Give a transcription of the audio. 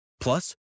Plus